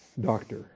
doctor